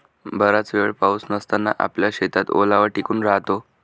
बराच वेळ पाऊस नसताना आपल्या शेतात ओलावा टिकून राहतो